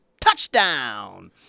Touchdown